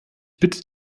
bitte